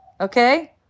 Okay